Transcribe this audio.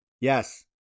Yes